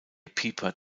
piper